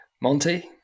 Monty